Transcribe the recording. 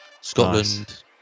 Scotland